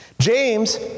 james